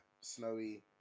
Snowy